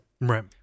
right